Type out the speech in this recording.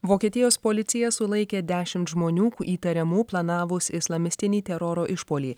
vokietijos policija sulaikė dešimt žmonių įtariamų planavus islamistinį teroro išpuolį